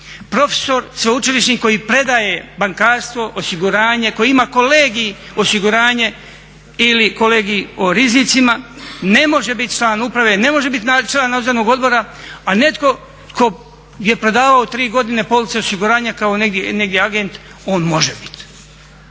profesor sveučilišni koji predaje bankarstvo, osiguranje koji ima kolegij osiguranje ili kolegij o rizicima ne može biti član uprave, ne može biti član nadzornog odbora a netko tko je prodavao tri godine police osiguranja kao negdje agent on može bit.